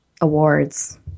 awards